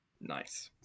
Nice